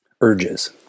urges